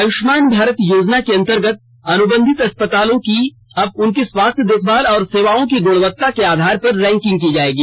आयुष्मान भारत योजना के अंतर्गत अनुबंधित अस्पतालों की अब उनकी स्वास्थ्य देखभाल और सेवाओं की गुणवत्ता के आधार पर रैंकिंग की जायेगी